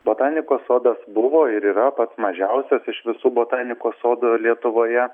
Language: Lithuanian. botanikos sodas buvo ir yra pats mažiausias iš visų botanikos sodų lietuvoje